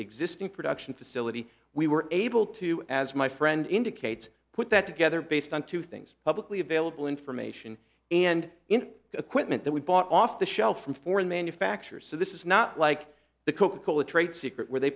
existing production facility we were able to as my friend indicates put that together based on two things publicly available information and in equipment that we bought off the shelf from foreign manufacturers so this is not like the coca cola trade secret where they